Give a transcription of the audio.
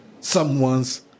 someone's